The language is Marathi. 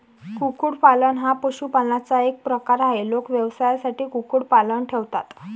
कुक्कुटपालन हा पशुपालनाचा एक प्रकार आहे, लोक व्यवसायासाठी कुक्कुटपालन ठेवतात